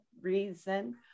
reason